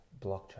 blockchain